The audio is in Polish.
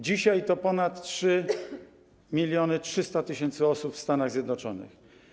Dzisiaj to jest ponad 3300 tys. osób w Stanach Zjednoczonych.